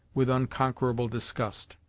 with unconquerable disgust.